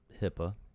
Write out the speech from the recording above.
HIPAA